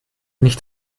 nicht